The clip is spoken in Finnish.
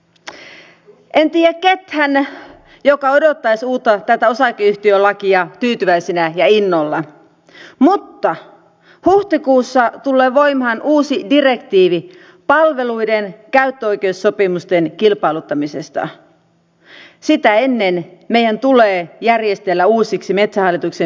en tiedä ketään joka odottaisi tätä osakeyhtiölakia tyytyväisenä ja innolla mutta huhtikuussa tulee voimaan uusi direktiivi palveluiden käyttöoikeussopimusten kilpailuttamisesta ja sitä ennen meidän tulee järjestellä uusiksi metsähallituksen metsätalousasiat